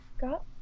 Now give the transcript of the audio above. got